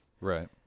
right